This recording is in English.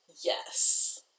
Yes